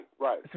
right